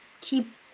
keep